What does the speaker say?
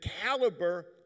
caliber